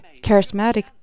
charismatic